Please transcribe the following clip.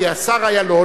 כי השר אילון,